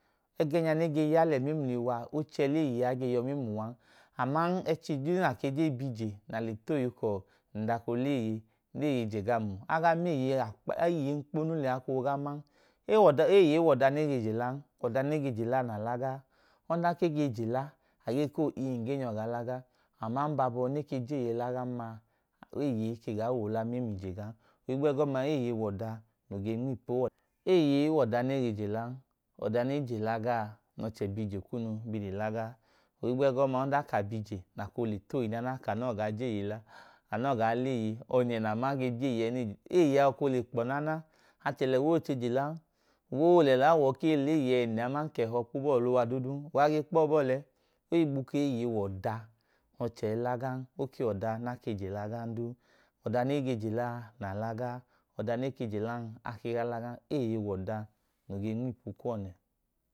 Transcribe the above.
Ẹgẹnya nege yale mẹml’iiwaa ochẹ leeye ge yọ mẹmluwan aman ẹchi duu nake ge bi ije na le to ohi kọọ ndako leeye beeye jega, aga meeye eeye enkponyu lẹya akoo gaa man, eyee maa laga. Ọnda ke jela, age ko ii ngee nyọ ga la ga aman gbabọ ne ke jeeye. Laga n m, eeye ke gan woo l mem’ije gan. Ohigbegọma eeye w’oda nooge nm’ipu eeye wọda nege jelan. Ọda nejela gaa n’ọchẹ bije kunu bile lagaa ohigbeg ọma ọdan ka biije nakoo le toihi nana kanọ ga jeeye la, kano ga leeye, onye na ma ge jeeye eeyea koo le kpọ naana, achẹ lewa oo chee jelan. Uwa olela wọọ kee leeye ẹnẹ aman k’ẹhọ kpo bọọ ọluwa du duun uwa ge kpọ bọọ lẹ ohigbu keeye wọda n’ọchẹ ilagan oke wọda nake jela gan du. Ọda nege jela naa la gaa, ọda neke jelan, ake gaa la gan. Ẹeye w’oda no ge n’ipu kuwo ne.